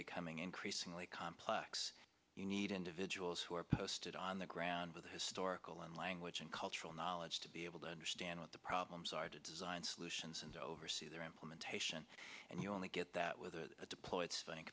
becoming increasingly complex you need individuals who are posted on the ground with historical in language and cultural knowledge to be able to understand what the problems are to design solutions and to oversee their implementation and you only get that with the deploy